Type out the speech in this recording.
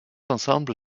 ensemble